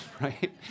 right